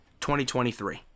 2023